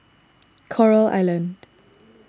Coral Island